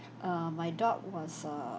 err my dog was err